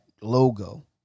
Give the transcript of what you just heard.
logo